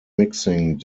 mixing